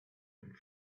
and